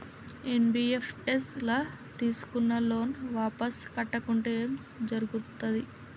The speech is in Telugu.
ఎన్.బి.ఎఫ్.ఎస్ ల తీస్కున్న లోన్ వాపస్ కట్టకుంటే ఏం జర్గుతది?